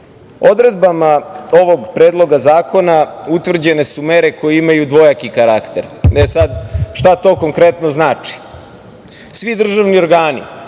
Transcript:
društva. Odredbama ovog Predloga zakona utvrđene su mere koje imaju dvojaki karakter. Šta to konkretno znači? Svi državni organi,